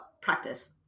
practice